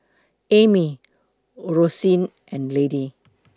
Amy Roseanne and Lady